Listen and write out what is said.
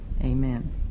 Amen